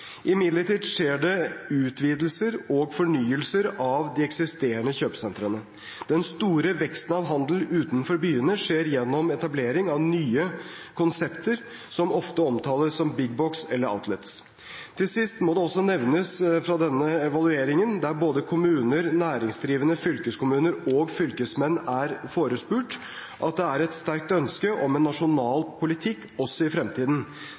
Imidlertid skjer det utvidelser og fornyelser av de eksisterende kjøpesentrene. Den store veksten av handel utenfor byene skjer gjennom etablering av nye konsepter som ofte omtales som big-box eller outlets. Til sist må det også nevnes fra denne evalueringen, der både kommuner, næringsdrivende, fylkeskommuner og fylkesmenn er forespurt, at det er et sterkt ønske om en nasjonal politikk også i fremtiden.